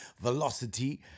velocity